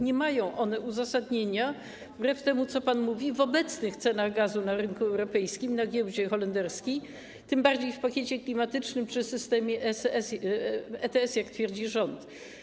Nie mają one uzasadnienia wbrew temu, co pan mówi, w obecnych cenach gazu na rynku europejskim, na giełdzie holenderskiej, tym bardziej w pakiecie klimatycznym czy systemie ETS, jak twierdzi rząd.